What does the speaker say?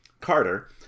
Carter